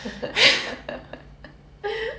please 专心 yes